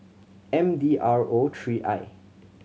M D R O three I